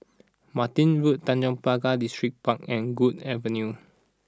Martin Road Tanjong Pagar Distripark and Guok Avenue